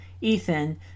Ethan